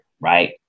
right